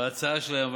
בהצעה שלהם.